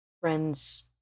Friends